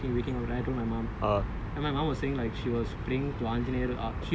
ya then when I woke up like after like after sleeping and woking and waking overnight and I told my mom